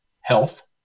health